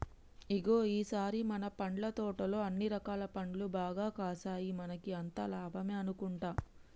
ఇగో ఈ సారి మన పండ్ల తోటలో అన్ని రకాల పండ్లు బాగా కాసాయి మనకి అంతా లాభమే అనుకుంటా